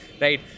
right